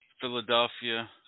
Philadelphia